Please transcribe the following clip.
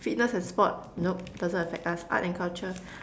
fitness and sports nope doesn't affect us art and culture